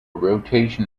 rotation